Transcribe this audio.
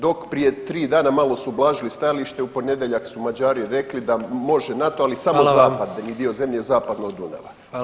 Dok prije 3 dana malo su ublažili stajalište, u ponedjeljak su Mađari rekli da može NATO, ali samo [[Upadica: Hvala vam.]] zapadni dio zemlje, zapadno od Dunava.